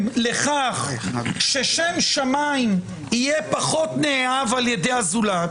לכך ששם שמיים יהיה פחות נאהב על ידי הזולת,